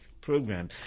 program